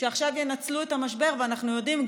שעכשיו ינצלו את המשבר ואנחנו יודעים,